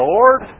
Lord